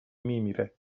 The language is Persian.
میمیره